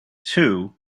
too